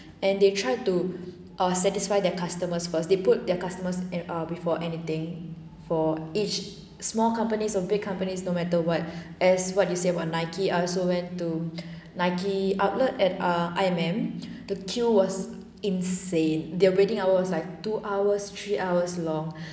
and they tried to ah satisfy their customers first they put their customers and ah before anything for each small companies or big companies no matter what as what you say about nike I also went to nike outlet at ah I_M_M the queue was insane their waiting hours was like two hours three hours long